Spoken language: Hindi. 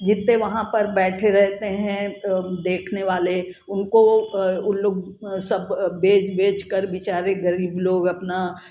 जितने वहाँ पर बैठे रहते हैं देखने वाले उनको वो उन लोग सब बेच बेच कर बिचारे गरीब लोग अपना